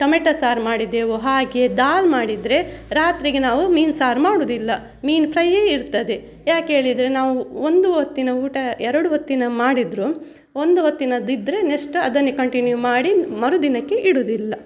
tomato ಸಾರು ಮಾಡಿದ್ದೆವು ಹಾಗೆ ದಾಲ್ ಮಾಡಿದರೆ ರಾತ್ರಿಗೆ ನಾವು ಮೀನು ಸಾರು ಮಾಡೋದಿಲ್ಲ ಮೀನು ಫ್ರೈಯೇ ಇರ್ತದೆ ಯಾಕೇಳೀದರೆ ನಾವು ಒಂದು ಹೊತ್ತಿನ ಊಟ ಎರಡು ಹೊತ್ತಿನ ಮಾಡಿದರು ಒಂದು ಹೊತ್ತಿನದ್ದು ಇದ್ದರೆ ನೆಸ್ಟ್ ಅದನ್ನೇ ಕಂಟಿನ್ಯೂ ಮಾಡಿ ಮರುದಿನಕ್ಕೆ ಇಡೋದಿಲ್ಲ